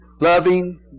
loving